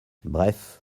bref